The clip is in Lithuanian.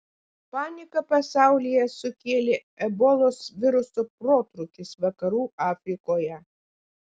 paniką pasaulyje sukėlė ebolos viruso protrūkis vakarų afrikoje